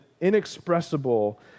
inexpressible